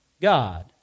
God